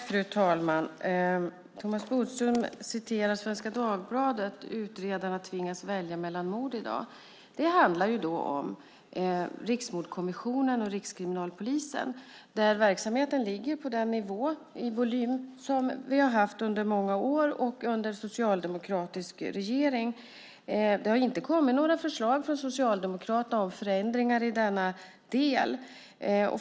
Fru talman! Thomas Bodström läser ur Svenska Dagbladet att utredarna tvingas välja mellan mord i dag. Det handlar om Riksmordkommissionen och Rikskriminalpolisen, där verksamheten ligger på den nivå i volym som vi har haft under många år och under socialdemokratisk regering. Det har inte kommit några förslag från Socialdemokraterna om förändringar i denna del.